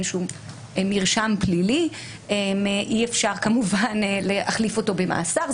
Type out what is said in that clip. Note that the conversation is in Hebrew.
אין מרשם פלילי ואי אפשר כמובן להחליף אותו במאסר.